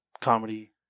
comedy